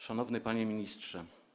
Szanowny Panie Ministrze!